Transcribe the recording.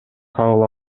кабыл